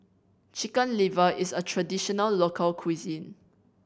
Chicken Liver is a traditional local cuisine